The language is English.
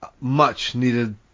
much-needed